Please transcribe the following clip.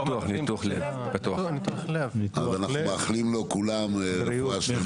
אנחנו מאחלים לו כולם רפואה שלמה.